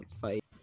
fight